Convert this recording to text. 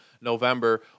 November